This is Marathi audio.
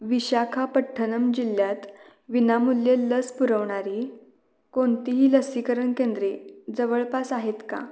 विशाखापट्टणम जिल्ह्यात विनामूल्य लस पुरवणारी कोणतीही लसीकरण केंद्रे जवळपास आहेत का